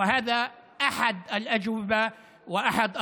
וזה אחת התשובות ואחד המענים,